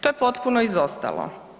To je potpuno izostalo.